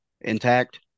intact